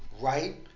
Right